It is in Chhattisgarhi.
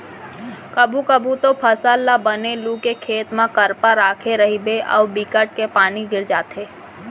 कभू कभू तो फसल ल बने लू के खेत म करपा राखे रहिबे अउ बिकट के पानी गिर जाथे